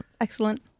Excellent